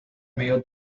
medio